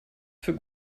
für